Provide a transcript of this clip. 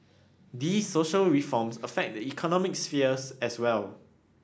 these social reforms affect the economic sphere as well